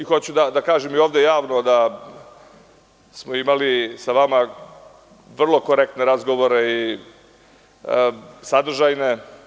Hoću da kažem i ovde javno da smo imali sa vama vrlo korektne razgovore i sadržajne.